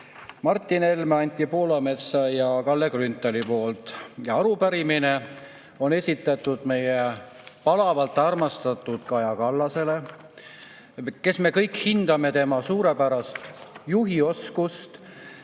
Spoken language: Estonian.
Martin Helme, Anti Poolametsa ja Kalle Grünthali poolt. Ja arupärimine on esitatud meie palavalt armastatud Kaja Kallasele. Me kõik hindame tema suurepärast juhioskust,